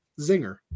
zinger